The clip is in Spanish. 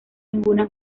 ninguna